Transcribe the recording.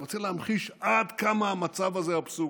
אני רוצה להמחיש עד כמה המצב הזה אבסורדי.